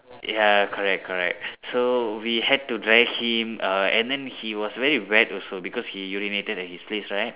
ya correct correct so we had to drag him err and then he was very wet also because he urinated at his place right